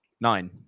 nine